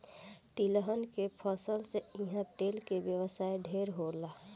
तिलहन के फसल से इहा तेल के व्यवसाय ढेरे होला